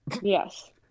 Yes